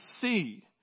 see